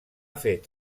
fet